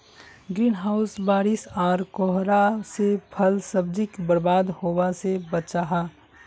green house बारिश आर कोहरा से फल सब्जिक बर्बाद होवा से बचाहा